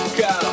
go